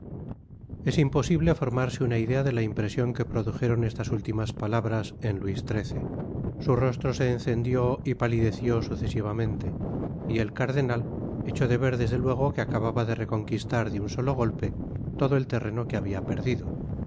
es imposible formarse una idea de la impresion que produjeron estas últimas palabras en luis xiii su rostro se encendió y palideció sucesivamente y el cardenal echó de ver desde luego que acababa de reconquistar de un solo golpe todo el terreno que habia perdido